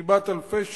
שהיא בת אלפי שנים,